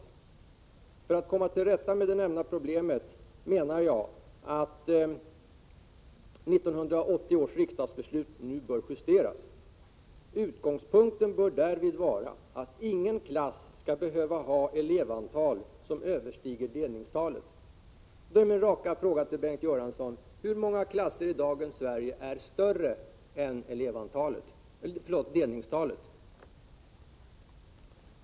Han fortsatte: ”För att komma till rätta med det nämnda problemet menar jag att 1980 års riksdagsbeslut nu bör justeras. ——— Utgångspunkten bör därvid vara att ingen klass skall behöva ha elevantal som överstiger delningstalet.” Min raka fråga till Bengt Göransson är denna: Hur många klasser i dagens Sverige är större än vad som motsvarar delningstalet?